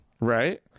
right